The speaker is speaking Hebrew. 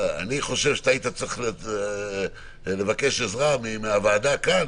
אני חושב שהיית צריך לבקש עזרה מהוועדה כאן,